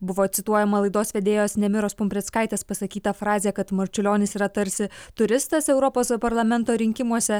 buvo cituojama laidos vedėjos nemiros pumprickaitės pasakyta frazė kad marčiulionis yra tarsi turistas europos parlamento rinkimuose